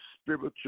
spiritual